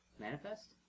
Manifest